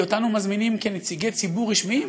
כי אותנו מזמינים כנציגי ציבור רשמיים,